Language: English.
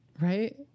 Right